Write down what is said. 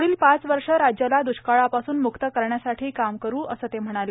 पुढील पाच वर्ष राज्याला दुख्काळापासून मुक्त करण्यासाठी काम करू असं ते म्हणाले